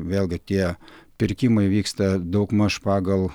vėlgi tie pirkimai vyksta daugmaž pagal